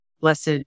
Blessed